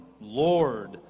Lord